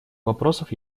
вопросов